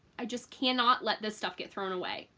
i just cannot let this stuff get thrown away.